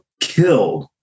killed